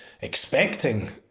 expecting